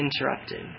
interrupted